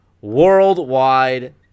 worldwide